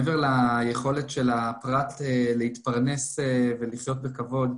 מעבר ליכולת של הפרט להתפרנס ולחיות בכבוד,